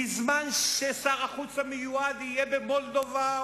בזמן ששר החוץ המיועד יהיה במולדובה,